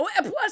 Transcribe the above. Plus